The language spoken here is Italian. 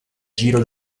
giro